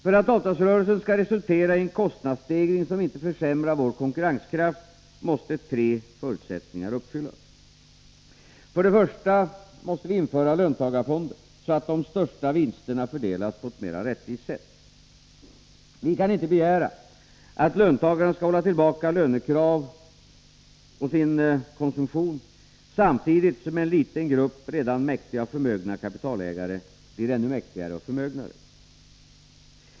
För att avtalsrörelsen skall resultera i en kostnadsstegring som inte försämrar vår konkurrenskraft måste tre förutsättningar uppfyllas. För det första måste vi införa löntagarfonder, så att de största vinsterna fördelas på ett mera rättvist sätt. Vi kan inte begära att löntagarna skall hålla tillbaka lönekrav och konsumtion samtidigt som en liten grupp redan mäktiga och förmögna kapitalägare blir ännu mäktigare och förmögnare.